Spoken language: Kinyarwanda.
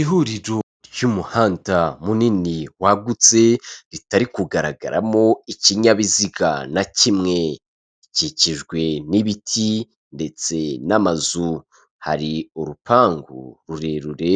Ihuriro ry'umuhanda munini wagutse ritari kugaragaramo ikinyabiziga na kimwe, ikikijwe n'ibiti ndetse n'amazu hari urupangu rurerure